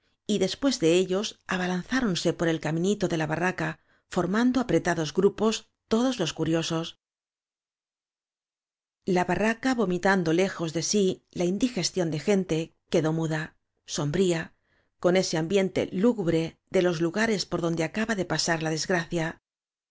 y después de ellos abalanzáronse por el caminito de la barraca formando apretados grupos todos los curiosos la barraca vomitando lejos de sí la in digestión de gente quedó muda sombría con ese ambiente lúgubre de los lugares por donde acaba de pasar la desgracia